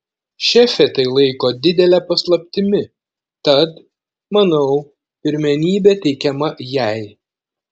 šefė tai laiko didele paslaptimi tad manau pirmenybė teikiama jai